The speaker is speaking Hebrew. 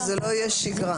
שזאת לא תהיה שגרה.